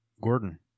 Gordon